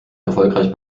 erfolgreich